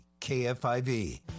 KFIV